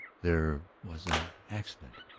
there was. an accident.